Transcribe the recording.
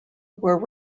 were